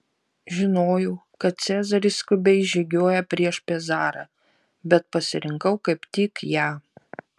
žinojau kad cezaris skubiai žygiuoja prieš pezarą bet pasirinkau kaip tik ją